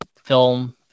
film